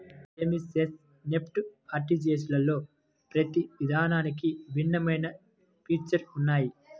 IMPS, NEFT, ఆర్టీజీయస్లలో ప్రతి విధానానికి భిన్నమైన ఫీచర్స్ ఉన్నయ్యి